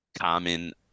common